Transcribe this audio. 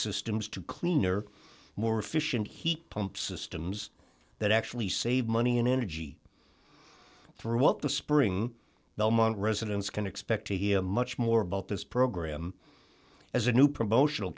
systems to cleaner more efficient heat pump systems that actually save money in energy throughout the spring belmont residents can expect to hear much more about this program as a new promotional